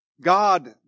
God